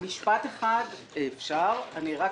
משפט אחד אפשר, אני רק